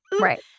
right